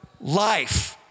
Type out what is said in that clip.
life